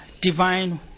divine